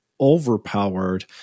overpowered